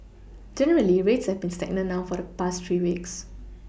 generally rates have been stagnant now for the past three weeks